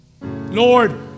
Lord